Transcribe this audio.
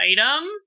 item